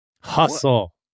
Hustle